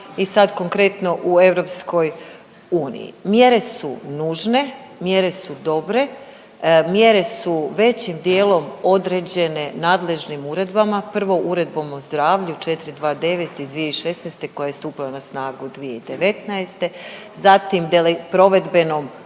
i sad konkretno u Europskoj uniji. Mjere su nužne, mjere su dobre, mjere su većim dijelom određene nadležnim uredbama. Prvo Uredbom o zdravlju 429 iz 2016. koja je stupila na snagu 2019., zatim provedbenog